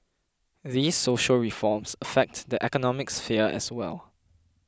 these social reforms affect the economic sphere as well